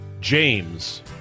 James